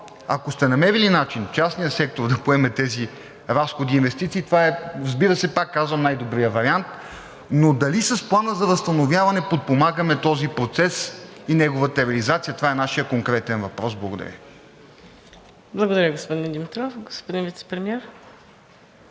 ако сте намерили начин частният сектор да поеме тези разходи и инвестиции, това е, разбира се, пак казвам, най-добрият вариант. Дали с Плана за възстановяване подпомагаме този процес и неговата реализация? Това е нашият конкретен въпрос. Благодаря Ви. ПРЕДСЕДАТЕЛ МУКАДДЕС НАЛБАНТ: Благодаря, господин Димитров. Господин Вицепремиер.